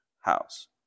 house